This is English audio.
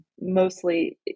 mostly